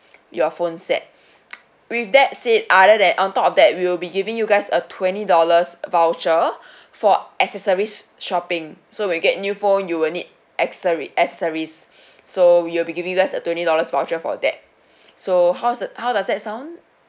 your phone set with that said other than on top of that we'll be giving you guys a twenty dollars voucher for accessories shopping so when you get new phone you will need accessories accessories so we'll be giving you guys a twenty dollars voucher for that so how's the how does that sound